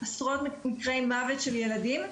עשרות מקרי מוות של ילדים,